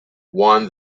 won